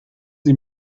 sie